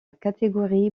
catégorie